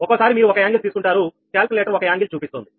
ఒక్కోసారి మీరు ఒక కోణం తీసుకుంటారు క్యాలిక్యులేటర్ ఒక కోణం చూపిస్తుంది